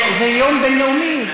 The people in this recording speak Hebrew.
זה יום בין-לאומי.